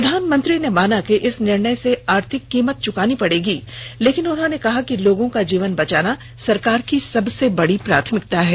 प्रधानमंत्री ने माना कि इस निर्णय से आर्थिक कीमत च्कानी पड़ेगी लेकिन कहा कि लोगों का जीवन बचाना सरकार की सबसे बड़ी प्राथमिकता है